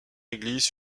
église